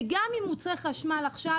וגם עם מוצרי חשמל עכשיו,